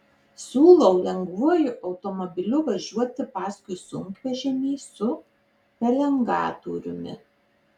siūlau lengvuoju automobiliu važiuoti paskui sunkvežimį su pelengatoriumi